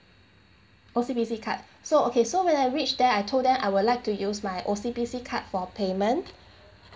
O_C_B_C card so okay so when I reached there I told them I would like to use my O_C_B_C card for payment